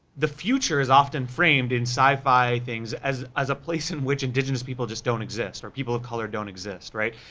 the future is often framed in sci-fi things, as as a place in which indigenous people just don't exist, or people of color don't exist, right,